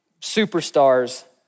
superstars